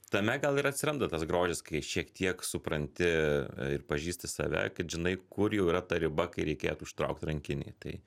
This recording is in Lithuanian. tame gal ir atsiranda tas grožis kai šiek tiek supranti ir pažįsti save kad žinai kur jau yra ta riba kai reikėtų užtraukti rankinį tai